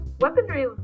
Weaponry